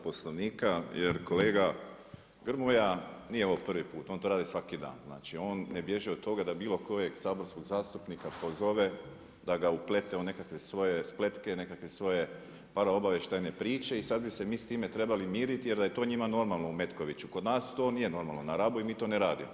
Poslovnika jer kolega Grmoja, nije ovo prvi put, on to radi svaki dan, znači on ne bježi od toga da bilo kojeg saborskog zastupnika pozove da ga uplete u nekakve svoje spletke, nekakve svoje paraobavještajne priče i sad bi se mi s time trebali miriti jer da je to njima normalno u Metkoviću, kod nas to nije normalno na Rabu i mi to ne radimo.